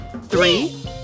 Three